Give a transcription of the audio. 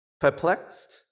Perplexed